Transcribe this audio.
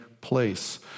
place